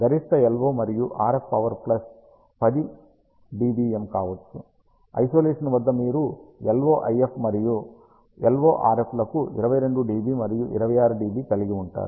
గరిష్ట LO మరియు RF power plus 10 dBm కావచ్చు ఐసోలేషన్ వద్ద మీరు LO IF మరియు LO RF లకు 22 dB మరియు 26 dB కలిగి ఉంటారు